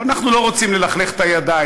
אבל אנחנו לא רוצים ללכלך את הידיים,